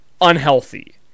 unhealthy